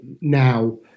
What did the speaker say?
now